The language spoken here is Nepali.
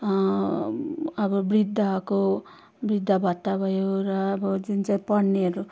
अब वृद्धको वृद्धभत्ता भयो र अब जुन चाहिँ पढ्नेहरू